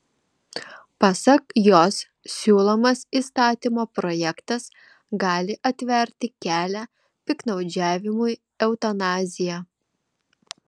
pasak jos siūlomas įstatymo projektas gali atverti kelią piktnaudžiavimui eutanazija